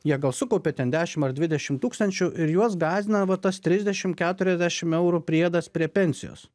jie gal sukaupė ten dešimt dvidešimt tūkstančių ir juos gąsdina va tas trisdešimt keturiasdešimt eurų priedas prie pensijos